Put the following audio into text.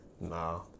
No